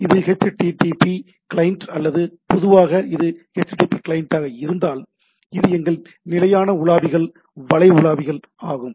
இது http client அல்லது பொதுவாக இது http கிளையண்டாக இருந்தால் இது எங்கள் நிலையான உலாவிகள் வலை உலாவிகள் ஆகும்